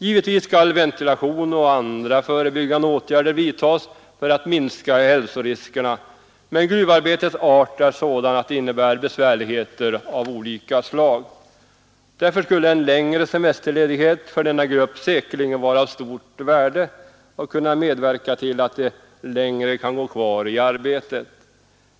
Givetvis skall ventilation och andra förebyggande åtgärder vidtas för att minska hälsoriskerna, men gruvarbetets art är sådan att det innebär besvärligheter av olika slag. Därför skulle en längre semesterledighet för denna grupp säkerligen vara av stort värde och kunna medverka till att gruvarbetarna längre kan gå kvar i arbetet.